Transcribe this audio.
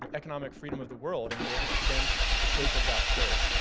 the economic freedom of the world and we'll have bent the shape of that curve.